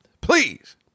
Please